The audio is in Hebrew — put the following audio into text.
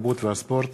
התרבות והספורט